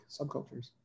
subcultures